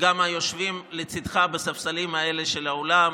וגם היושבים לצדך בספסלים האלה של האולם,